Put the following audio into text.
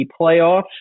playoffs